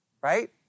right